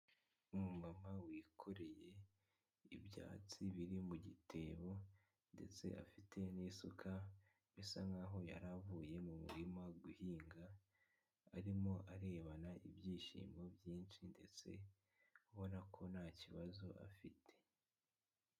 Umu mama wikoreye ibyatsi biri mu gitebo ndetse afite n'isuka bisa nkaho yari avuye mu murima guhinga arimo arebana ibyishimo byinshi ndetse ubona ko nta kibazo afite.